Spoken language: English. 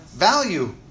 value